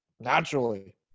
naturally